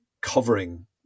covering